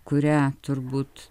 kurią turbūt